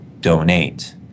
donate